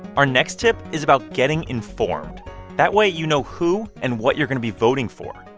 our next tip is about getting informed that way you know who and what you're going to be voting for.